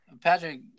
Patrick